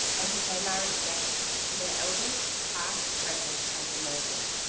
and to pay my respects to their elders' past, present, and emerging.